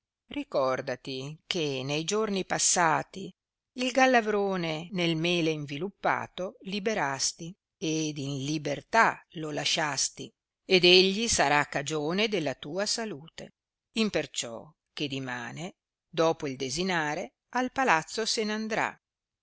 ricordati che nei giorni passati il gallavrone nel mele inviluppato liberasti ed in libertà lo lasciasti ed egli sarà cagione della tua salute imperciò che dimane dopo il desinare al palazzo se n andrà